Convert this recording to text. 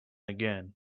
again